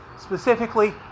specifically